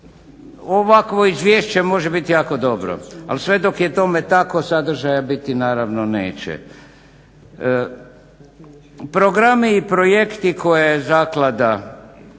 Ovakvo izvješće može biti jako dobro, ali sve dok je tome tako sadržaja biti naravno neće. Programi i projekti koje je zaklada